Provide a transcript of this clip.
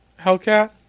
Hellcat